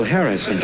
Harris